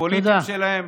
הפוליטיים שלהם,